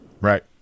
Right